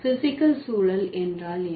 physical சூழல் என்றால் என்ன